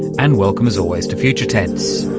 and welcome as always to future tense.